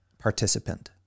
participant